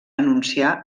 anunciar